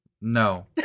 No